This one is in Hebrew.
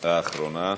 האחרונה,